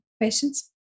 questions